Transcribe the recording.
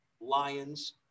lions